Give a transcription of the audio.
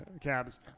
Cabs